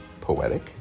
poetic